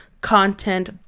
content